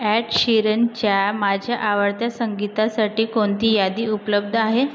add शीरनच्या माझ्या आवडत्या संगीतासाठी कोणती यादी उपलब्ध आहे